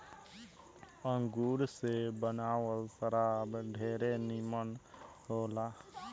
अंगूर से बनावल शराब ढेरे निमन होला